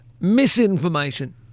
misinformation